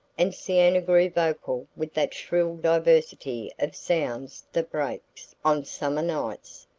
and siena grew vocal with that shrill diversity of sounds that breaks, on summer nights,